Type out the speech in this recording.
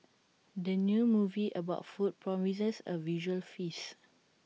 the new movie about food promises A visual feast